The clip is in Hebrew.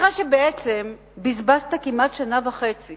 אחרי שבעצם בזבזת שנה וחצי